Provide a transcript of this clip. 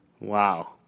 Wow